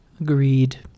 Agreed